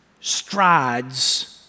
strides